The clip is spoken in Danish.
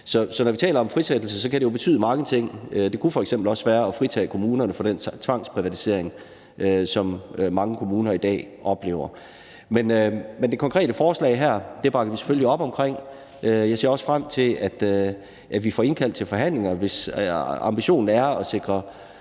Så når vi taler om frisættelse, kan det jo betyde mange ting. Det kunne f.eks. også være et fritage kommunerne fra den tvangsprivatisering, som mange kommuner i dag oplever. Men vi bakker selvfølgelig op om det konkrete forslag. Jeg ser også frem til, at vi får indkaldt til forhandlinger. Hvis ambitionen er at sikre